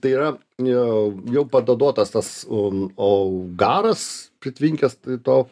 tai yra jau jau panaudotas tas um o garas pritvinkęs to